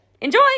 Enjoy